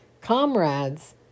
comrades